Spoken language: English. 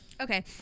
Okay